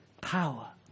power